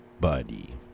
Buddy